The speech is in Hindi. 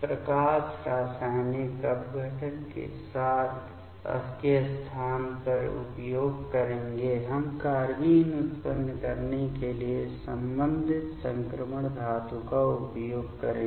प्रकाश रासायनिक अपघटन के स्थान पर उपयोग करेंगे हम कार्बेन उत्पन्न करने के लिए संबंधित संक्रमण धातु का उपयोग करेंगे